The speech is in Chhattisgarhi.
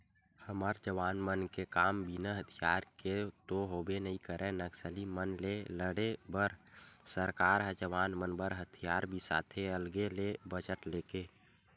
हमर जवान मन के काम ह बिना हथियार के तो होबे नइ करय नक्सली मन ले लड़े बर सरकार ह जवान मन बर हथियार बिसाथे अलगे ले बजट लेके